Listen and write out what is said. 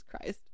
Christ